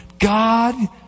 God